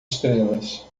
estrelas